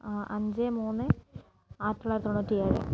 അഞ്ച് മൂന്ന് ആയിരത്തിത്തൊള്ളായിരത്തി തൊണ്ണൂറ്റി ഏഴ്